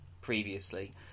previously